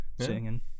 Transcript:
singing